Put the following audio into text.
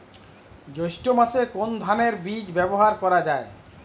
জৈষ্ঠ্য মাসে কোন ধানের বীজ ব্যবহার করা যায়?